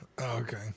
okay